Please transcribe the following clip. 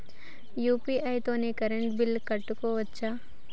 UPI తోని current bill కట్టుకోవచ్ఛా?